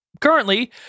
Currently